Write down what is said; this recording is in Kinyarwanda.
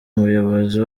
umuyobozi